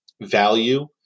value